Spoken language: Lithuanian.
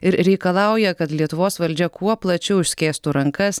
ir reikalauja kad lietuvos valdžia kuo plačiau išskėstų rankas